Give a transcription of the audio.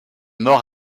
mort